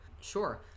Sure